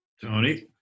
Tony